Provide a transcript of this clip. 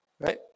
Right